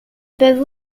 peuvent